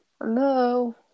Hello